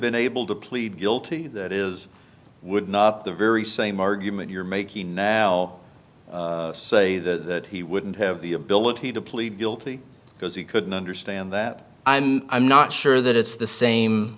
been able to plead guilty that is would not the very same argument you're making now say that he wouldn't have the ability to plead guilty because he couldn't understand that i'm i'm not sure that it's the same